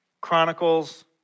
Chronicles